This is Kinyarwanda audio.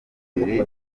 bibiri